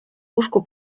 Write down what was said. łóżku